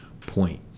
point